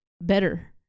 better